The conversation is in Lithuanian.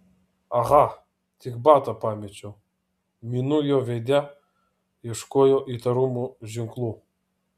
aha tik batą pamečiau minu jo veide ieškojo įtarumo ženklų